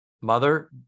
mother